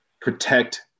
protect